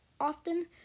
often